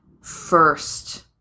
first